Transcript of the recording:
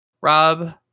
Rob